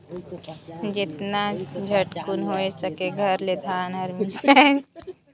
जेतना झटकुन होए सके सुग्घर ले धान हर मिसाए जाए कहिके मइनसे मन आएज काएल हापर कर ढेरे परियोग करत दिखई देथे